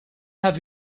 have